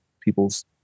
people's